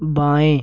बाएँ